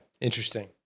Interesting